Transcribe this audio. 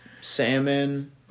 salmon